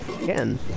Again